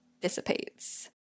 dissipates